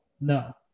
No